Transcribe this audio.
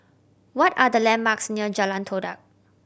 what are the landmarks near Jalan Todak